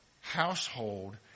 household